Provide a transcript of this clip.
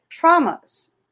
traumas